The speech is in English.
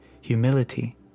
humility